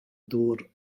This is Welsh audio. dŵr